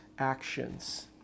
Actions